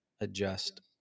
adjust